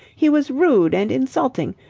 he was rude and insulting.